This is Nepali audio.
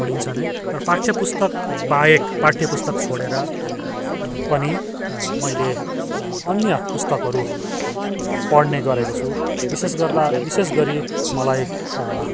पढिन्छ नै तर पाठ्यपुस्तक बाहेक पाठ्यपुस्तक छोडेर पनि मैले अन्य पुस्तकहरू पढ्ने गरेको छु विशेष गर्दा विशेष गरी मलाई